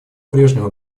прежнему